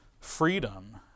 freedom